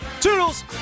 Toodles